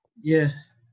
Yes